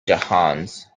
johannes